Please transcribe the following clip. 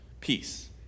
Peace